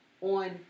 on